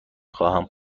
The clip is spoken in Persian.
خواهم